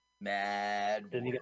Mad